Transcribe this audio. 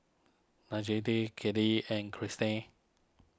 Kennedi and Cristian